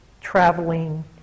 traveling